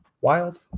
Wild